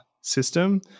system